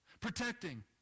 Protecting